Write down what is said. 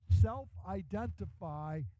self-identify